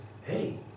hey